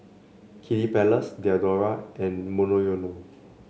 Kiddy Palace Diadora and Monoyono